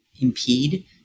impede